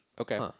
Okay